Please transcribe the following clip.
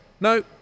no